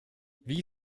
wie